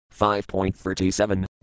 5.37